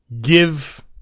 give